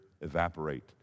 evaporate